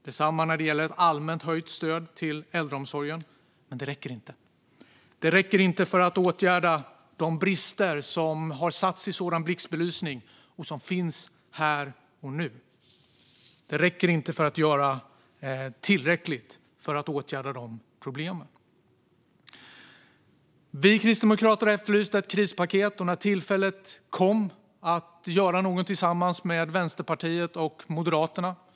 Detsamma gäller det allmänt höjda stödet till äldreomsorgen. Men detta räcker inte. Det räcker inte för att åtgärda de brister som har satts i blixtbelysning och som finns här och nu. Det är inte tillräckligt för att åtgärda problemen. Vi kristdemokrater har efterlyst ett krispaket, och när tillfället kom att göra något tillsammans med Vänsterpartiet och Moderaterna grep vi det.